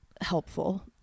helpful